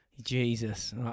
Jesus